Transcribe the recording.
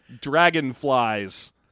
dragonflies